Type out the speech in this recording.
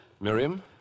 Miriam